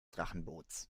drachenboots